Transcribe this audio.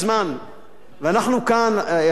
ואנחנו כאן, השר גלעד ארדן.